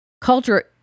Culture